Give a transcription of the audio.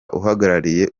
uhagarariye